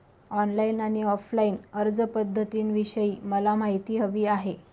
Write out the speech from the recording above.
online आणि offline अर्जपध्दतींविषयी मला माहिती हवी आहे